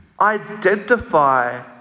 identify